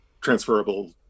transferable